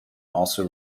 also